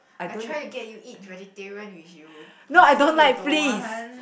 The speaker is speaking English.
I tired to get you eat vegetarian with you you say you don't want